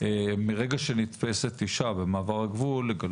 זה שמזה שלוש